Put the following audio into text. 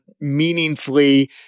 meaningfully